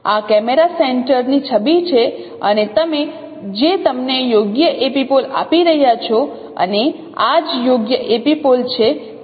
આ camera centre ની છબી છે અને તમે જે તમને યોગ્ય એપિપોલ આપી રહ્યાં છો અને આ જ યોગ્ય એપિપોલ છે